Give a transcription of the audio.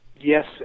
Yes